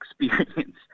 experience